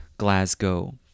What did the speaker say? Glasgow